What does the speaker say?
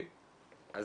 אז